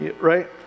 right